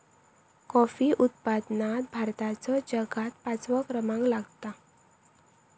coffee उत्पादनात भारताचो जगात पाचवो क्रमांक लागता